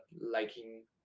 liking